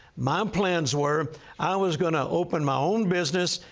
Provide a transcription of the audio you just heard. my um plans were i was going to open my own business.